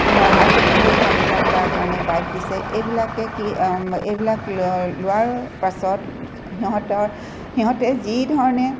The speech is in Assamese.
হাই চেকেণ্ডেৰীত ভাল ৰিজাল্ট কৰাৰ কাৰণে বাইক দিছে এইবিলাকে কি এইবিলাক ল লোৱাৰ পাছত সিহঁতৰ সিহঁতে যি ধৰণে